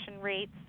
rates